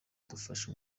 twafashe